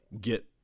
get